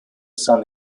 sun